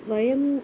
वयम्